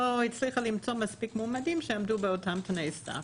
הצליחה למצוא מספיק מועמדים שעמדו באותם תנאי סף.